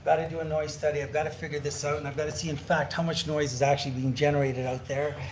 to do a noise study, i've got to figure this out and i've got to see, in fact, how much noise is actually being generated out there.